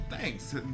Thanks